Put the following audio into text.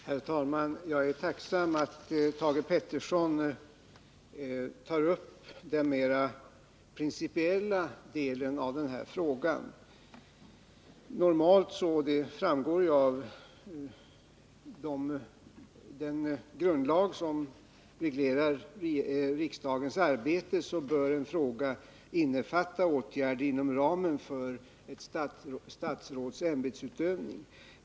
Herr talman! Jag är tacksam för att Thage Peterson tar upp den mera principiella delen av den här frågan. Som framgår av den grundlag som reglerar riksdagens arbete bör en fråga normalt innefatta åtgärder inom ramen för ett statsråds ämbetsutövning.